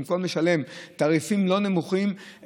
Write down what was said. במקום לשלם תעריפים לא נמוכים,